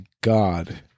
God